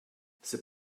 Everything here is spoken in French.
c’est